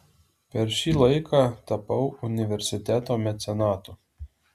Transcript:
per šį laiką tapau universiteto mecenatu